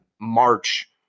March